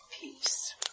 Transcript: peace